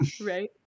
Right